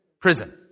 Prison